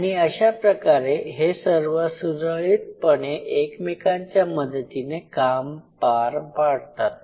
आणि अशाप्रकारे हे सर्व सुरळीतपणे एकमेकांच्या मदतीने काम पार पाडतात